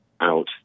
out